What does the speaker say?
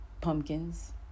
pumpkins